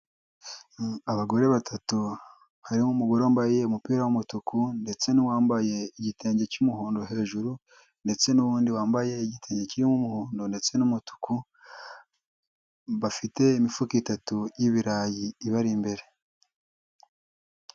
Abagore batatu harimo umugore wambaye umupira w'umutuku ndetse n'uwambaye igitenge cy'umuhondo hejuru ndetse n'uwundi wambaye igitenge kirimo umuhondo ndetse n'umutuku, bafite imifuka itatu y'ibirayi ibari imbere.